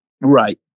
Right